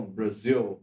brazil